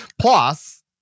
Plus